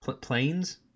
Planes